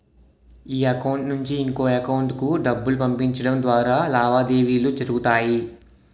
ఈ అకౌంట్ నుంచి ఇంకొక ఎకౌంటుకు డబ్బులు పంపించడం ద్వారా లావాదేవీలు జరుగుతాయి